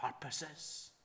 purposes